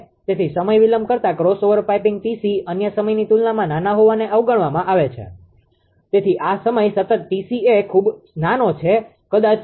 તેથી સમય વિલંબ કરતા ક્રોસઓવર પાઇપિંગ 𝑇𝑐 અન્ય સમયની તુલનામાં નાના હોવાને અવગણવામાં આવે છે તેથી આ સમય સતત 𝑇𝑐 એ ખૂબ નાનો છે કદાચ 0